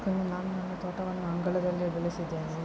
ನಾನು ನಮ್ಮ ತೋಟವನ್ನು ಅಂಗಳದಲ್ಲಿಯೇ ಬೆಳೆಸಿದ್ದೇನೆ